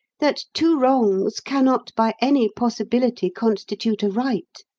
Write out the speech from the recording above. that two wrongs cannot by any possibility constitute a right?